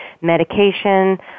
medication